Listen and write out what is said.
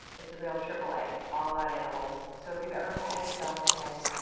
it's a real triple a all about animals! so if you've ever petted a dog on the head,